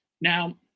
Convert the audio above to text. now